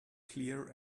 clear